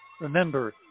Remember